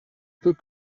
peut